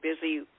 busy